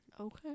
Okay